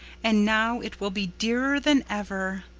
and now it will be dearer than ever.